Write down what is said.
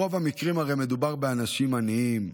ברוב המקרים הרי מדובר באנשים עניים.